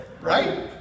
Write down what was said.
Right